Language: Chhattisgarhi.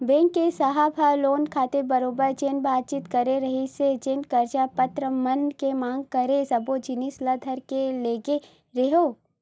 बेंक के साहेब ह लोन खातिर बरोबर जेन बातचीत करे रिहिस हे जेन कागज पतर मन के मांग करे सब्बो जिनिस ल धर के लेगे रेहेंव